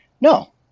No